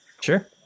Sure